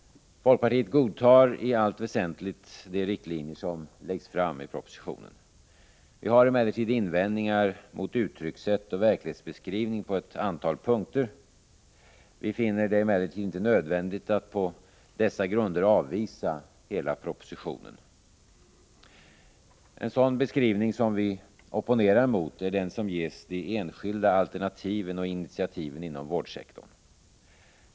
Folkpartiet godtar i allt väsentligt de riktlinjer som läggs fram i propositionen. Vi har emellertid invändningar mot uttryckssätt och verklighetsbeskrivning på ett antal punkter, men vi finner det inte nödvändigt att på dessa grunder avvisa hela propositionen. En sådan beskrivning, som vi opponerar mot, är den som ges de enskilda alternativen och initiativen inom vårdsektorn.